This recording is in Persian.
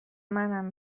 منم